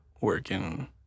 working